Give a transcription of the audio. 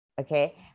okay